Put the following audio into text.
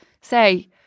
say